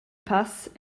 pass